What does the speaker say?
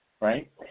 right